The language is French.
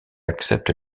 accepte